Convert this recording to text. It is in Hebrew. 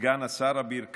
סגן השר אביר קארה,